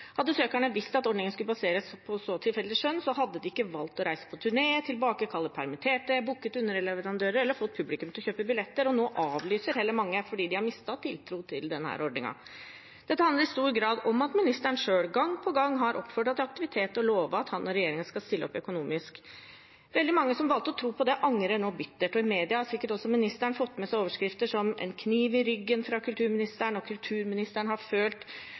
Hadde søkerne visst at ordningen skulle baseres på så tilfeldig skjønn, hadde de ikke valgt å reise på turné, tilbakekalt permitterte, booket underleverandører eller fått publikum til å kjøpe billetter. Nå avlyser heller mange fordi de har mistet tiltro til denne ordningen. Dette handler i stor grad om at ministeren selv gang på gang har oppfordret til aktivitet og lovet at han og regjeringen skal stille opp økonomisk. Veldig mange som valgte å tro på det, angrer nå bittert. I media har sikkert også ministeren fått med seg overskrifter som «En kniv i ryggen fra kulturministeren!» og «Kulturministeren har